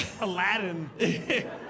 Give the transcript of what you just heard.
Aladdin